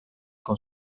con